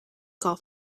golf